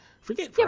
forget